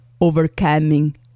overcoming